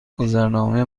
گذرنامه